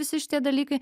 visi šitie dalykai